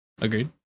Agreed